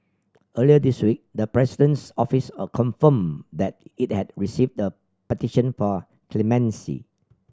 earlier this week the President's Office a confirmed that it had received the petition for clemency